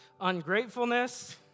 ungratefulness